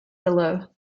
below